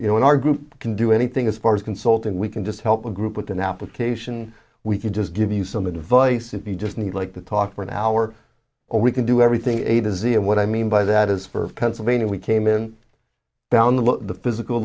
you know in our group can do anything as far as consulting we can just help a group with an application we can just give you some advice if you just need like to talk for an hour or we can do everything a dizzy and what i mean by that is for pennsylvania we came in down the physical